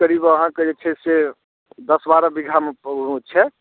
करीब अहाँक जे छै से दश बारह बिघामे ओ छै